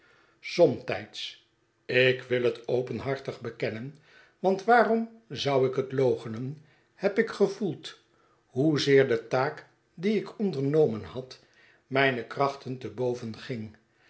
somtijds ik wil het openhartig bekennen want waarom zou ik het loochenen heb ik gevoeld hoezeer de taak die ik ondernomen had mynekrachtenteboven ging